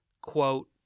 Quote